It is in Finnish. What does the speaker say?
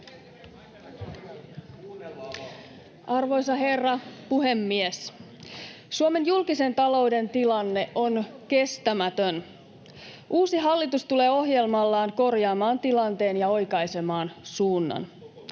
Arvoisa herra puhemies! Suomen julkisen talouden tilanne on kestämätön. Uusi hallitus tulee ohjelmallaan korjaamaan tilanteen ja oikaisemaan suunnan.